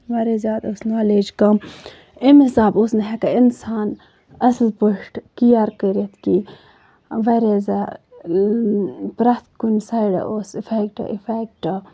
واریاہ زیادٕ ٲسۍ نالیج کَم اَمہِ حِسابہٕ اوس نہٕ ہیٚکان اِنسان اَصٕل پٲٹھۍ کِیر کٔرِتھ کیٚنٛہہ واریاہ زیادٕ اۭں پرٮ۪تھ کُنہِ سایڈٕ اوس اِفیکٹہٕ اِفیکٹہٕ